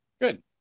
good